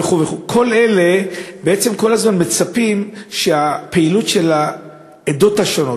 וכו' וכו' כל אלה בעצם כל הזמן מצפים שהפעילות של העדות השונות,